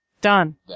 Done